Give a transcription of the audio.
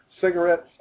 cigarettes